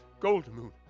Goldmoon